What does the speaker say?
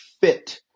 fit